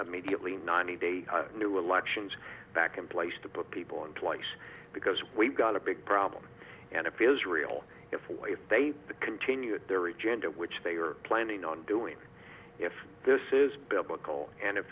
mediately ninety day new elections back in place to put people in twice because we've got a big problem and if israel if they continue their agenda which they are planning on doing if this is biblical and if